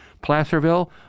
Placerville